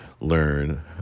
learn